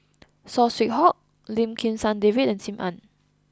Saw Swee Hock Lim Kim San David and Sim Ann